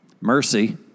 mercy